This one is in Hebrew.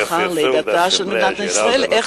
אחר לידתה של מדינת ישראל,